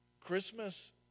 Christmas